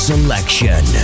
Selection